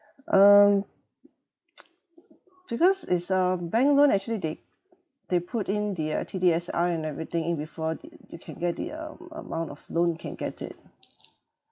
um because it's a bank loan actually they they put in the uh T_D_S_R and everything in before y~ you can get the uh a~ amount of loan you can get it